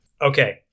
Okay